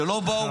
שלא באו